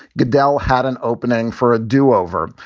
goodell had an opening for a do over.